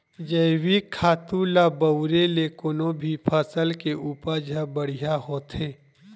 जइविक खातू ल बउरे ले कोनो भी फसल के उपज ह बड़िहा होथे